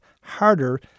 harder